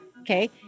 okay